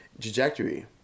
trajectory